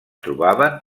trobaven